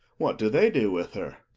what do they do with her?